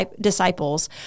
disciples